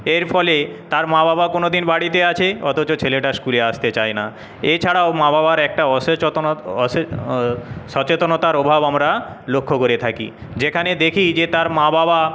এর ফলে তার মা বাবা কোন দিন বাড়িতে আছে অথচ ছেলেটা স্কুলে আসতে চায় না এছাড়াও মা বাবার একটা সচেতনতার অভাব আমরা লক্ষ্য করে থাকি যেখানে দেখি যে তার মা বাবা